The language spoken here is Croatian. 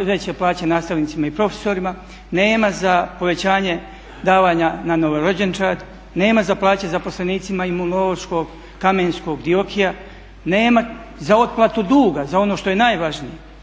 veće plaće nastavnicima i profesorima, nema za povećanje davanja na novorođenčad, nema za plaće zaposlenicima Imunološkog, Kamenskog, DIOKI-ja, nema za otplatu duga za ono što je najvažnije.